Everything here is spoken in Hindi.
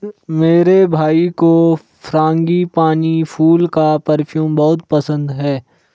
मेरे भाई को फ्रांगीपानी फूल का परफ्यूम बहुत पसंद है